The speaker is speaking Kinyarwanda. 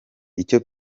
icyo